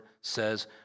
says